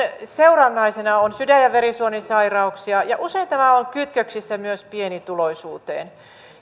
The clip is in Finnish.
seurannaisena on sydän ja verisuonisairauksia ja usein tämä on kytköksissä myös pienituloisuuteen